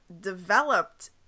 developed